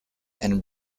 and